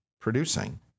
producing